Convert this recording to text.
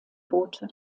boote